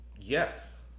Yes